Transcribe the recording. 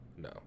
No